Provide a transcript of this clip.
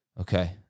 Okay